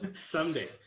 Someday